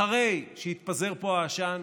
אחרי שיתפזר פה העשן,